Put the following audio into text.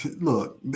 Look